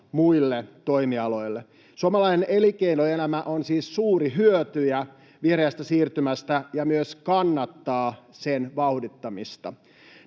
muille toimialoille. Suomalainen elinkeinoelämä on siis suuri hyötyjä vihreästä siirtymästä ja myös kannattaa sen vauhdittamista.